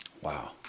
Wow